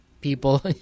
people